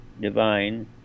divine